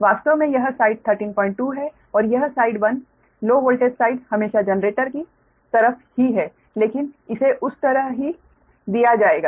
वास्तव में यह साइड 132 है और यह साइड 1 लो वोल्टेज साइड हमेशा जनरेटर की तरफ ही है लेकिन इसे उस तरह ही दिया जाएगा